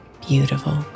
beautiful